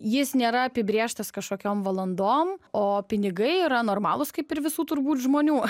jis nėra apibrėžtas kažkokiom valandom o pinigai yra normalūs kaip ir visų turbūt žmonių